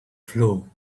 flu